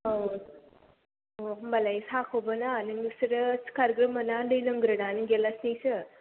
औ औ होनबालाय साहाखौबोना नोंसोरो सिखारग्रोमोना दै लोंग्रोनानै गिलासनैसो